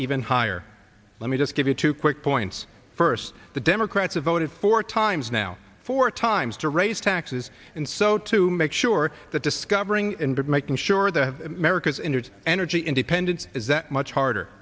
even higher let me just give you two quick points first the democrats have voted four times now four times to raise taxes and so to make sure that discovering and making sure the america's interests energy independence is that much harder